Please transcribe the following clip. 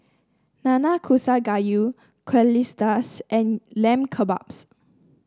Nanakusa Gayu Quesadillas and Lamb Kebabs